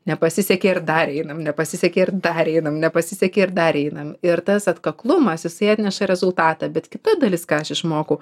nepasisekė ir dar einam nepasisekė ir dar einam nepasisekė ir dar einam ir tas atkaklumas jisai atneša rezultatą bet kita dalis ką aš išmokau